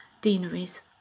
deaneries